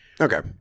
Okay